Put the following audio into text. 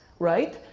right.